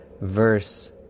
verse